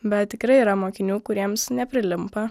bet tikrai yra mokinių kuriems neprilimpa